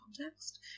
context